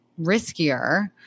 riskier